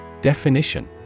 Definition